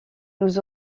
nous